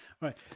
Right